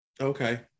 okay